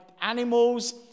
animals